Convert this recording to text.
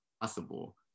possible